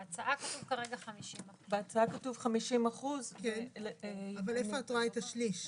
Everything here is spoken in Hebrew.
בהצעה כתוב כרגע 50%. בהצעה כתוב 50%. אבל איפה את רואה את השליש?